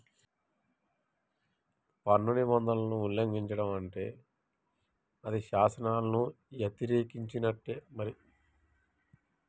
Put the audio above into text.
పన్ను నిబంధనలను ఉల్లంఘిచడం అంటే అది శాసనాలను యతిరేకించినట్టే మరి